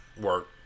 work